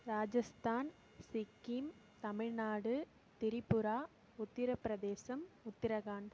Rajasthan Sikkim Tamil Nadu Tripura Uttar Pradesh Uttarakhand